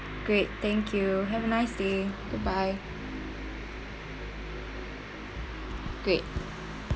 great thank you have a nice day goodbye great